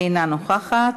אינה נוכחת,